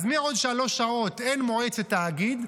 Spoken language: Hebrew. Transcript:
אז מעוד שלוש שעות אין מועצת תאגיד.